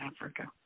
Africa